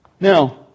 Now